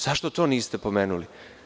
Zašto to niste pomenuli?